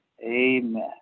Amen